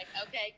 okay